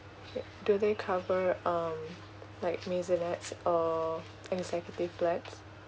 okay do they cover um like maisonettes or executive flat